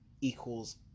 equals